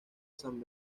san